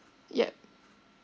yup